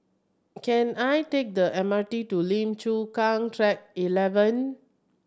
can I take the M R T to Lim Chu Kang Track Eleven